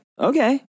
okay